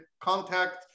contact